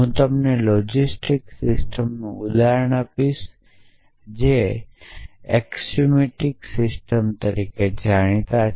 હું તમને logical system નું ઉદાહરણ આપીશ જે એકસીઓમેટીક સિસ્ટમ તરીકે જાણીતા છે